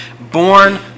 born